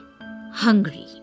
hungry